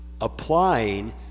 applying